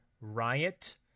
Riot